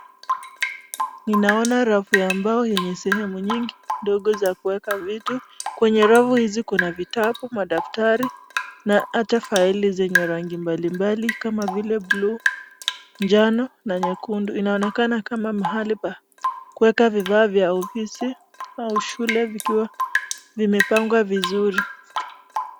Ninaona rafu ambayo yenye sehemu nyingi ndogo za kuweka vitu. Kwenye rafu hizi kuna vitabu, madaktari na hata faili zenye rangi mbali mbali kama vile buluu , njano na nyekundu. Inaonekana kama mahali pa kuweka vifaa vya ofisi au shule, vikiwa vimepangwa vizuri.